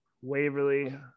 Waverly